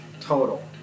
Total